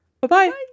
bye-bye